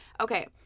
okay